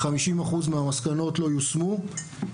50% מהמסקנות לא יושמו.